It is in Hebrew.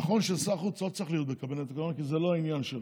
נכון ששר חוץ לא צריך להיות בקבינט הקורונה כי זה לא העניין שלו,